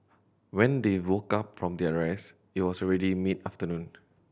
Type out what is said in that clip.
when they woke up from their rest it was already mid afternoon